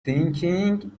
thinking